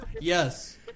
Yes